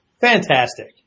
Fantastic